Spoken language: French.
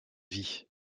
vie